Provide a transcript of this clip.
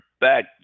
back